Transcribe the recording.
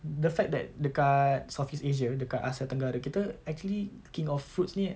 the fact that dekat southeast asia dekat asia tenggara kita actually the king of fruits ini